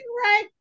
Right